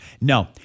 No